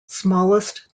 smallest